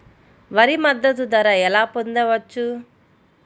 వరి మద్దతు ధర ఎలా పొందవచ్చు?